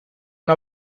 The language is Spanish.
una